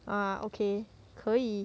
ah okay 可以